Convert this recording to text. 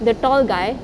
the tall guy